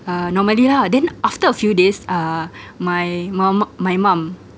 normally lah then after a few days uh my mum my mum